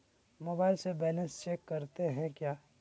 Mobile से balance check करते हैं क्या?